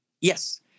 Yes